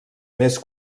més